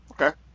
Okay